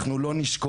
אנחנו לא נשקוט.